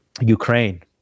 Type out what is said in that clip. Ukraine